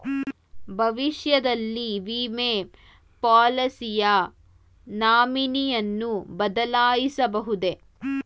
ಭವಿಷ್ಯದಲ್ಲಿ ವಿಮೆ ಪಾಲಿಸಿಯ ನಾಮಿನಿಯನ್ನು ಬದಲಾಯಿಸಬಹುದೇ?